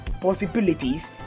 possibilities